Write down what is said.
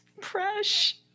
Fresh